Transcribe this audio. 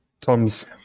Tom's